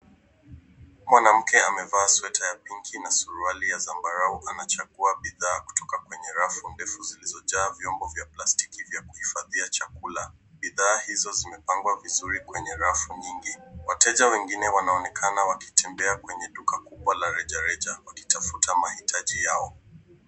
Mwanamke amevaa sweta ya pinki na suruali ya zambarau anachagua bidhaa kutoka kwenye rafu ndefu zilizojaa vyombo vya plastiki vya kuhifadhia chakula. Bidhaa hizo zimepangwa vizuri kwenye rafu nyingi. Wateja wengine wanaonekana wakitembea kwenye duka kubwa la rejareja wakitafuta mahitaji yao.